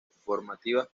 formativas